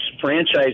franchise